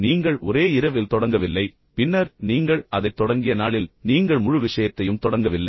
நீங்கள் ஒரே இரவில் தொடங்கவில்லை பின்னர் நீங்கள் அதை தொடங்கிய நாளில் நீங்கள் முழு விஷயத்தையும் தொடங்கவில்லை